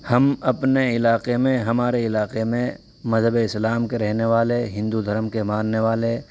ہم اپنے علاقے میں ہمارے علاقے میں مذہبِ اسلام کے رہنے والے ہندو دھرم کے ماننے والے